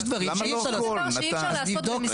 יש דברים שאי אפשר לעשות?